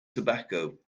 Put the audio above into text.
tobacco